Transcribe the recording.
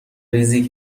ریزی